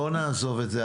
לא נעזוב את זה.